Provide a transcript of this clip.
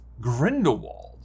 Grindelwald